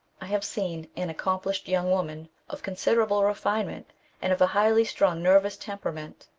i have seen an accomplished young woman of con siderable refinement and of a highly strung nervous temperament,